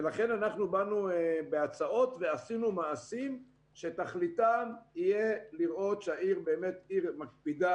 ולכן אנחנו באנו בהצעות ועשינו מעשים שתכליתם תהיה לראות שהעיר מקפידה,